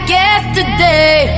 yesterday